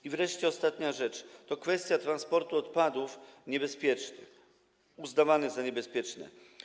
I wreszcie ostatnia rzecz, kwestia transportu odpadów niebezpiecznych, uznawanych za niebezpieczne.